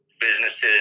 Businesses